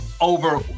over